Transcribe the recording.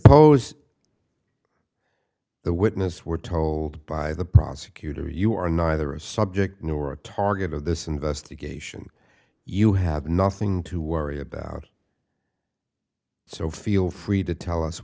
suppose the witness we're told by the prosecutor you are neither a subject nor a target of this investigation you have nothing to worry about so feel free to tell us